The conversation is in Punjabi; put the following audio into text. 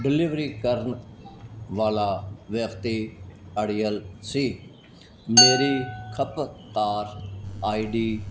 ਡਿਲੀਵਰੀ ਕਰਨ ਵਾਲਾ ਵਿਅਕਤੀ ਅੜੀਅਲ ਸੀ ਮੇਰੀ ਖਪਤਕਾਰ ਆਈ ਡੀ